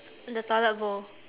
the toilet bowl